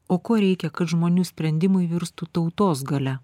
o ko reikia kad žmonių sprendimai virstų tautos galia